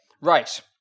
Right